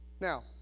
Now